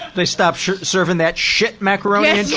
they stopped serving that shit macaroni and cheese,